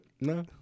no